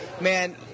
man